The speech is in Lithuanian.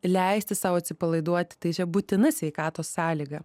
leisti sau atsipalaiduoti tai būtina sveikatos sąlyga